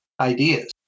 ideas